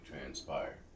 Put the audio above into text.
transpire